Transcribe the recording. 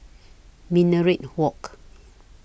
Minaret Walk